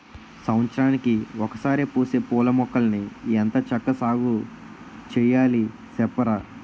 సంవత్సరానికి ఒకసారే పూసే పూలమొక్కల్ని ఎంత చక్కా సాగుచెయ్యాలి సెప్పరా?